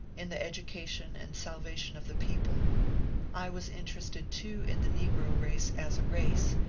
in the education and salvation of the people i was interested too in the negro race as a race,